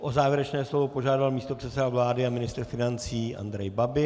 O závěrečné slovo požádal místopředseda vlády a ministr financí Andrej Babiš.